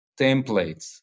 templates